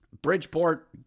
Bridgeport